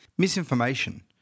Misinformation